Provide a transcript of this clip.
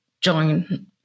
join